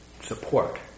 support